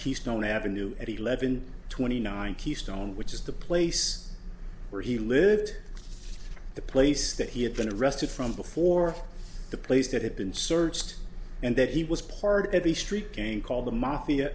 keystone avenue at eleven twenty nine keystone which is the place where he lived the place that he had been arrested from before the place that had been searched and that he was part of a street gang called the mafia